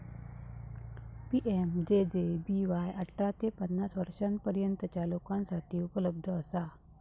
PMJJBY अठरा ते पन्नास वर्षांपर्यंतच्या लोकांसाठी उपलब्ध असा